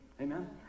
Amen